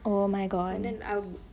oh my god